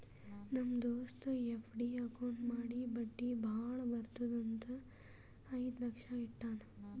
ನಮ್ ದೋಸ್ತ FD account ಮಾಡಿ ಬಡ್ಡಿ ಭಾಳ ಬರ್ತುದ್ ಅಂತ್ ಐಯ್ದ ಲಕ್ಷ ಇಟ್ಟಾನ್